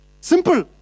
Simple